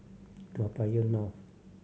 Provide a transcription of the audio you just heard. Toa Payoh North